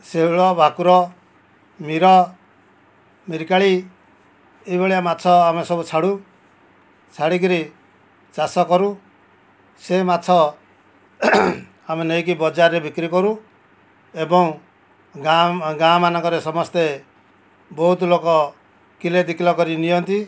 ଶେଉଳ ଭାକୁର ମୀର ମିରିକାଳୀ ଏଇଭଳିଆ ମାଛ ଆମେ ସବୁ ଛାଡ଼ୁ ଛାଡ଼ିକରି ଚାଷ କରୁ ସେ ମାଛ ଆମେ ନେଇକି ବଜାରରେ ବିକ୍ରି କରୁ ଏବଂ ଗାଁ ମାନଙ୍କରେ ସମସ୍ତେ ବହୁତ ଲୋକ କିଲେ ଦୁଇ କିଲୋ କରି ନିଅନ୍ତି